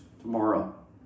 tomorrow